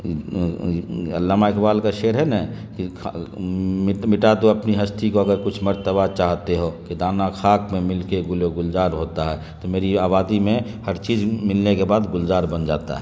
علامہ اقبال کا شعر ہے نا کہ مٹا دو اپنی ہستی کو اگر کچھ مرتبہ چاہتے ہو کہ دانہ خاک میں مل کے گل و گلزار ہوتا ہے تو میری آبادی میں ہر چیز ملنے کے بعد گلزار بن جاتا ہے